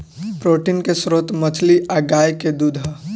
protein के स्त्रोत मछली आ गाय के दूध ह